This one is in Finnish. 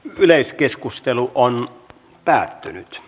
yleiskeskustelu päättyi